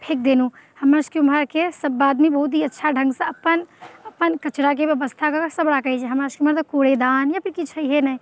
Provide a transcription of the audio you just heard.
फेक देलहुँ हमरा सबकेँ वहाँके सब आदमी बहुत ही अच्छा ढङ्गसँ अपन अपन कचराके व्यवस्था कऽ के सब राखैत छै हमरा सबके मतलब कूड़ेदान या फिर किछु छैहे नहि